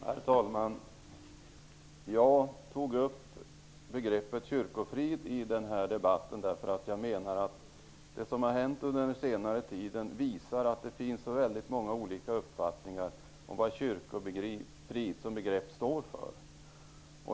Herr talman! Jag tog upp begreppet kyrkofrid i debatten därför att jag menar att det som har hänt under senare tid visar att det finns så väldigt många olika uppfattningar om vad kyrkofrid som begrepp står för.